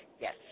Yes